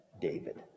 David